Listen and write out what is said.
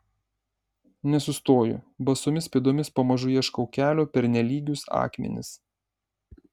nesustoju basomis pėdomis pamažu ieškau kelio per nelygius akmenis